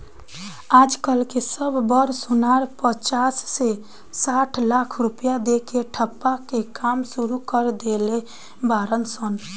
आज कल के सब बड़ सोनार पचास से साठ लाख रुपया दे के ठप्पा के काम सुरू कर देले बाड़ सन